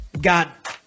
got